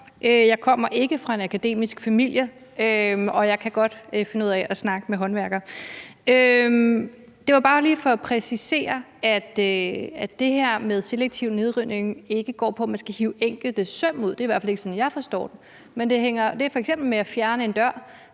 Jeg kommer ikke fra en akademisk familie, og jeg kan godt finde ud af at snakke med håndværkere. Det var bare lige for at præcisere, at det her med selektiv nedrivning ikke går på, at man skal hive enkelte søm ud. Det er i hvert fald ikke sådan, jeg forstår det. Men det er f.eks. med at fjerne en dør,